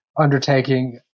undertaking